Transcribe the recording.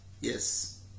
Yes